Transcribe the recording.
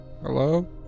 Hello